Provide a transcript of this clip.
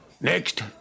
Next